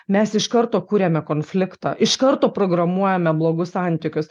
mes iš karto kuriame konfliktą iš karto programuojame blogus santykius